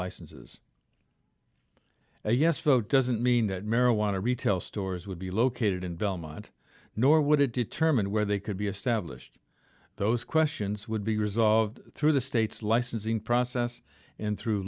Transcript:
licenses a yes vote doesn't mean that marijuana retail stores would be located in belmont nor would it determine where they could be established those questions would be resolved through the state's licensing process and through